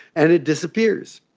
and it disappears.